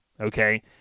Okay